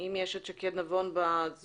הם ייצגו לגמרי את העמדה שלנו.